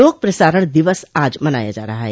लोक प्रसारण दिवस आज मनाया जा रहा है